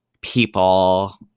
people